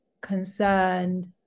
concerned